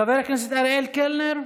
חבר הכנסת אריאל קלנר,